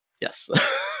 Yes